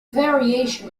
variation